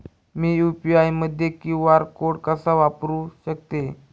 मी UPI मध्ये QR code कसा वापरु शकते?